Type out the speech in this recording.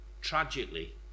tragically